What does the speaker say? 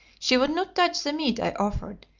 she would not touch the meat i offered,